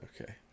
Okay